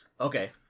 Okay